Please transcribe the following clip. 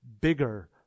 bigger